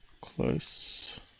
Close